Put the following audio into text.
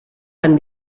han